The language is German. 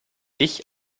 ich